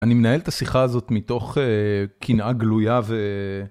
אני מנהל את השיחה הזאת מתוך קנאה גלויה ו...